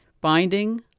binding